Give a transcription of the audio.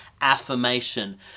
affirmation